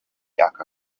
aka